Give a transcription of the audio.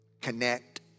connect